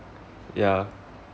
ya